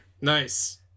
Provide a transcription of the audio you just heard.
Nice